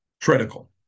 Critical